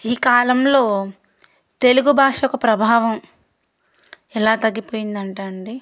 ఈ కాలంలో తెలుగు భాషకు ప్రభావం ఎలా తగ్గిపోయిందంట అండి